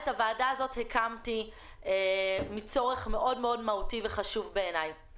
את הוועדה הזאת הקמתי בגלל צורך מאוד מהותי ובעיניי חשוב.